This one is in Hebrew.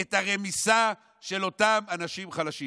את הרמיסה של אותם אנשים חלשים.